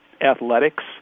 Athletics